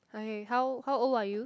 Hi how how old are you